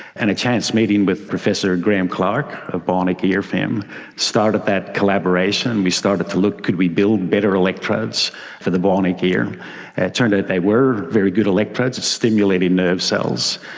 and a chance meeting with professor graeme clark of bionic ear fame started that collaboration. we started to look could we build better electrodes for the bionic ear. and it turned out they were very good electrodes at stimulating nerve cells.